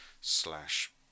slash